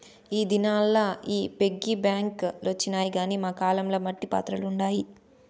ఈ దినాల్ల ఈ పిగ్గీ బాంక్ లొచ్చినాయి గానీ మా కాలం ల మట్టి పాత్రలుండాయి